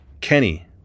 Kenny